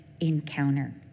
encounter